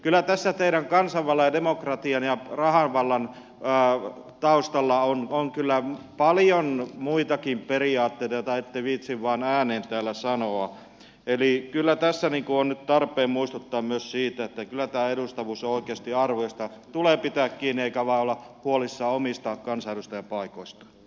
kyllä tässä teidän kansanvallan ja demokratian ja rahan vallan taustalla on paljon muitakin periaatteita joita ette viitsi vaan ääneen täällä sanoa eli kyllä tässä on nyt tarpeen muistuttaa myös siitä että kyllä tämä edustavuus on oikeasti arvo josta tulee pitää kiinni eikä vain olla huolissaan omista kansanedustajapaikoista